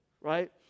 right